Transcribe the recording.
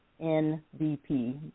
N-V-P